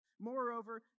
Moreover